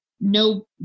no